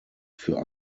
für